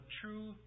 true